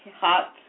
hot